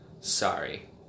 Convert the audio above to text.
Sorry